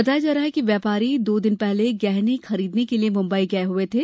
बताया जा रहा है कि व्यापारी दो दिन पहले गहने खरीदने के लिए मुंबई गए हुए थे